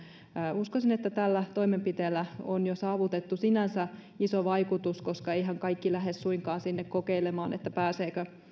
uskoisin että tällä toimenpiteellä on jo saavutettu sinänsä iso vaikutus koska eiväthän kaikki lähde suinkaan sinne kokeilemaan pääseekö